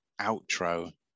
outro